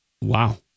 Wow